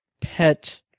pet